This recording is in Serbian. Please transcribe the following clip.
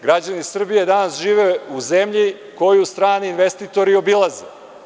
Građani Srbije danas žive u zemlji koju strani investitori obilaze.